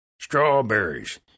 Strawberries